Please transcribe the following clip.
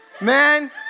man